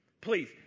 Please